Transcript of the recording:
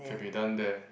can be done there